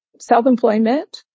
self-employment